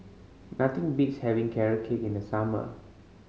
nothing beats having Carrot Cake in the summer